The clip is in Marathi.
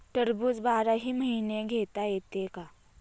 टरबूज बाराही महिने घेता येते का?